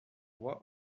roi